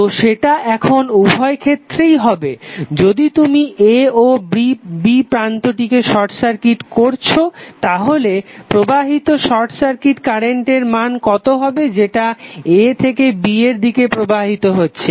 তো সেটা এখন উভয় ক্ষেত্রেই হবে যদি তুমি a ও b প্রান্তটিকে শর্ট সার্কিট করছো তাহলে প্রবাহিত শর্ট সার্কিট কারেন্টের মান কতো হবে যেটা a থেকে b এর দিকে প্রবাহিত হচ্ছে